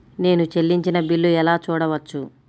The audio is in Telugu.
నేను చెల్లించిన బిల్లు ఎలా చూడవచ్చు?